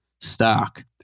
stock